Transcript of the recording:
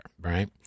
right